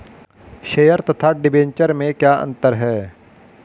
Share तथा debenture में क्या अंतर है?